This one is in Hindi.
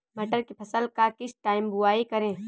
मटर की फसल का किस टाइम बुवाई करें?